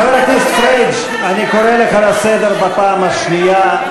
חבר הכנסת פריג', אני קורא לך לסדר בפעם השנייה.